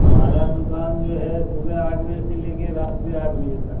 ہمارا دکان جو ہے صبح آٹھ بجے سے لے کے رات آٹھ بجے تک